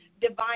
divine